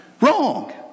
Wrong